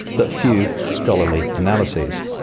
but few scholarly analyses.